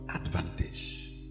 advantage